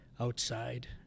outside